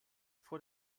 vor